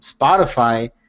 Spotify